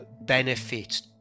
benefit